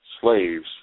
slaves